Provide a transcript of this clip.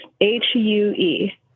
H-U-E